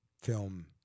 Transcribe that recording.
film